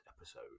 episode